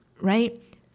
right